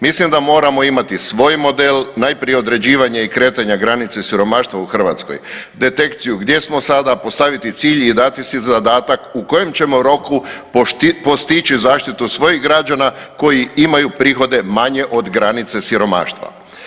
Mislim da moramo imati svoj model najprije određivanja i kretanja granice siromaštva u Hrvatskoj, detekciju gdje smo sada, postaviti cilj i dati si zadatak u kojem ćemo roku postići zaštitu svojih građana koji imaju prihode manje od granice siromaštva.